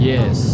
Yes